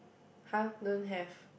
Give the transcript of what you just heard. [huh] don't have